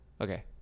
Okay